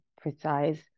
precise